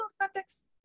context